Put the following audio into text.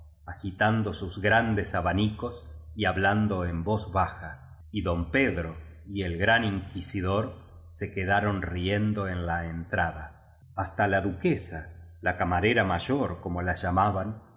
tando sus grandes abanicos y hablando en voz baja y don pedro y el gran inquisidor se quedaron riendo en la entrada hasta la duquesala camarera mayor como la llamaban